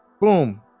boom